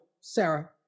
sarah